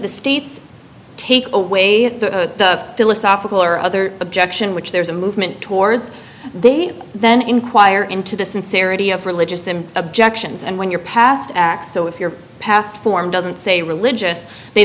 the states take away the philosophical or other objection which there's a movement towards they then inquire into the sincerity of religious and objections and when you're past x so if your past form doesn't say religious they